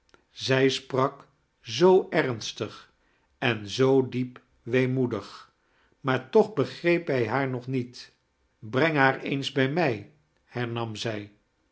zij sprak zoo ernstig en zoo diep weemoedig maar toch begreep hij haar nog niet breng haar eens bij mij hernam zij